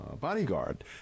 bodyguard